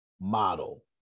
model